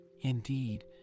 Indeed